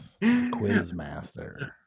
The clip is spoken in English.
quizmaster